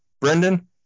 Brendan